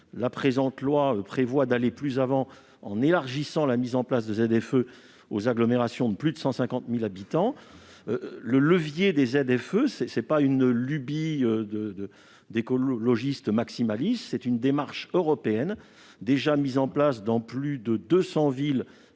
Ce projet de loi prévoit d'aller plus avant en étendant la mise en place des ZFE aux agglomérations de plus de 150 000 habitants. Les ZFE ne sont pas une lubie d'écologistes maximalistes : c'est une démarche européenne déjà mise en place dans plus de 200 villes,